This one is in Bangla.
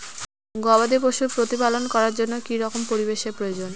গবাদী পশু প্রতিপালন করার জন্য কি রকম পরিবেশের প্রয়োজন?